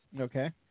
Okay